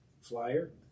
flyer